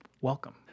Welcome